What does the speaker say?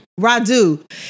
Radu